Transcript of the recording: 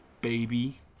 baby